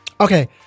Okay